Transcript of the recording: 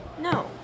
No